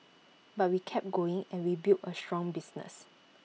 but we kept going and we built A strong business